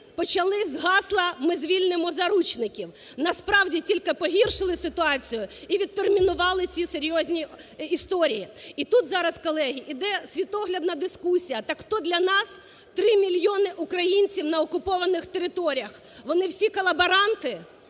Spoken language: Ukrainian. почали з гасла: "Ми звільнимо заручників". Насправді тільки погіршили ситуацію івідтермінували ці серйозні історії. І тут зараз, колеги, іде світоглядна дискусія: так хто для нас 3 мільйони українців на окупованих територіях? Вони всі колаборанти,